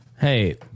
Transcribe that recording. Hey